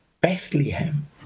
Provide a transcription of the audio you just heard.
Bethlehem